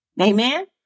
Amen